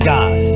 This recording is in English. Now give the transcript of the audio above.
God